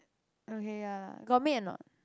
okay ya got maid or not